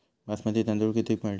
बासमती तांदूळ कितीक मिळता?